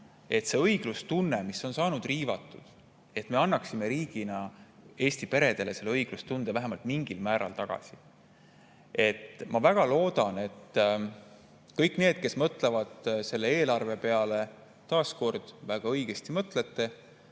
et kuna õiglustunne on saanud riivatud, siis me annaksime riigina Eesti peredele selle õiglustunde vähemalt mingil määral tagasi. Ma väga loodan, et kõik need, kes mõtlevad selle eelarve peale – taas kord, väga õigesti mõtlete